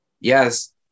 Yes